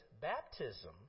baptism